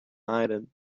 item